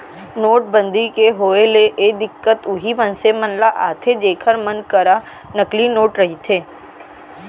नोटबंदी के होय ले ए दिक्कत उहीं मनसे मन ल आथे जेखर मन करा नकली नोट रहिथे